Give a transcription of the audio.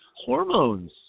hormones